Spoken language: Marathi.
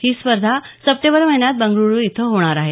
ही स्पर्धा सप्टेंबर महिन्यात बंगळुरू इथं होणार आहे